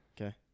Okay